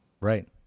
Right